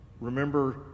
remember